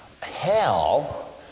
hell